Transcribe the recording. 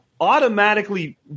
automatically